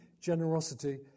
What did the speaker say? generosity